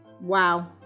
Wow